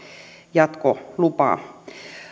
jatkolupaa